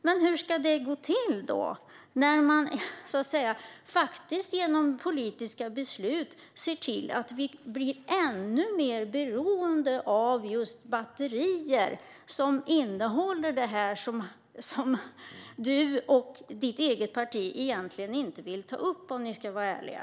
Men hur ska det gå till när man genom politiska beslut ser till att vi blir ännu mer beroende av just batterier som innehåller detta? Det vill du och ditt parti egentligen inte ta upp - om ni ska vara ärliga.